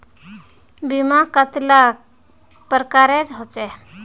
बीमा कतेला प्रकारेर होचे?